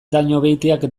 dañobeitiak